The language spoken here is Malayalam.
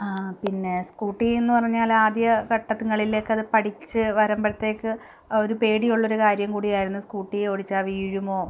പിന്നെ സ്കൂട്ടിന്ന് പറഞ്ഞാൽ ആദ്യം ഘട്ടങ്ങളിലൊക്കെ അത് പഠിച്ച് വരുമ്പോഴ്ത്തേക്ക് ആ ഒരു പേടിയുള്ളൊരു കാര്യം കൂടിയായിരുന്നു സ്കൂട്ടി ഓടിച്ചാൽ വീഴുമോ